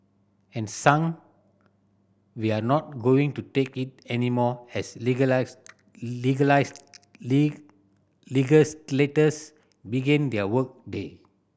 and sang We're not going to take it anymore as legislators begin their work day